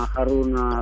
Haruna